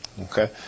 Okay